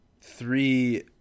Three